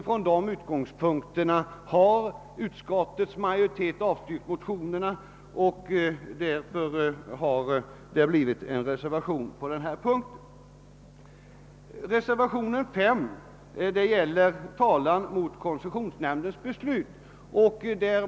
Från den utgångspunkten har utskottets majoritet avstyrkt motionerna, och därför har det avgivits en reservation på den punkten. Reservation V gäller talan mot koncessionsnämndens beslut.